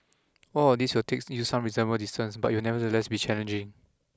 all of these will takes you some reasonable distance but it will nevertheless be challenging